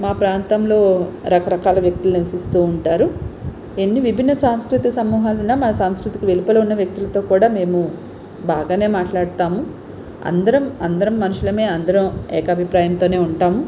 మా ప్రాంతంలో రకరకాల వ్యక్తులు నివసిస్తూ ఉంటారు ఎన్ని విభిన్న సాంస్కృతిక సమూహాలున్నా మన సంస్కృతికి వెలుపల ఉన్న వ్యక్తులతో కూడా మేము బాగానే మాట్లాడతాము అందరం అందరం మనుషులమే అందరం ఏకాభిప్రాయంతోనే ఉంటాము